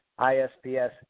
ISPS